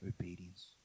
obedience